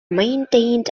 maintained